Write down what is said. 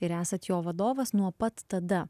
ir esat jo vadovas nuo pat tada